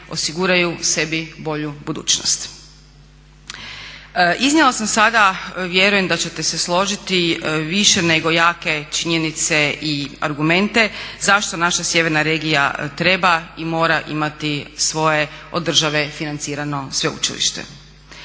osiguraju sebi bolju budućnost. Iznijela sam sada, vjerujem da ćete se složiti, više nego jake činjenice i argumente zašto naša sjeverna regija treba i mora imati svoje od države financirano sveučilište.